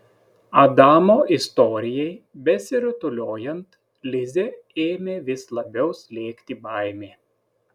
adamo istorijai besirutuliojant lizę ėmė vis labiau slėgti baimė